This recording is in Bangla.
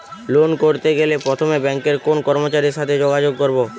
লোন করতে গেলে প্রথমে ব্যাঙ্কের কোন কর্মচারীর সাথে যোগাযোগ করব?